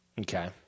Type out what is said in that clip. Okay